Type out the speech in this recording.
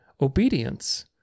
obedience